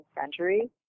century